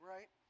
Right